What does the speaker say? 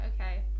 okay